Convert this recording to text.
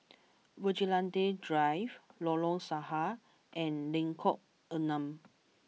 Vigilante Drive Lorong Sahad and Lengkong Enam